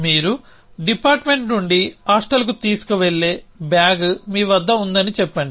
మీరు డిపార్ట్మెంట్ నుండి హాస్టల్కు తీసుకువెళ్లే బ్యాగ్ మీ వద్ద ఉందని చెప్పండి